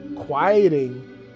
Quieting